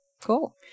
cool